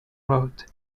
road